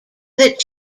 that